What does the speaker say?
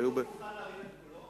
האם אדוני מוכן להגביר את הקול?